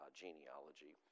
genealogy